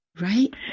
Right